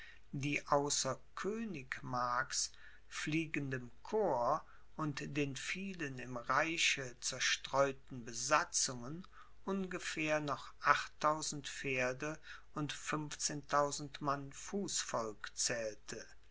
die außer königsmarks fliegendem corps und den vielen im reiche zerstreuten besatzungen ungefähr noch achttausend pferde und fünfzehntausend mann fußvolk zählte